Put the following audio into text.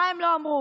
מה הם לא אמרו.